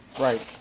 Right